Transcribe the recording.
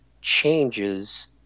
changes